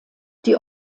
die